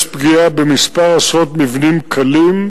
יש פגיעה בכמה עשרות מבנים קלים,